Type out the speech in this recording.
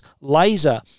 Laser